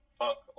fuck